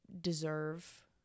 deserve